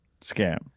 Scam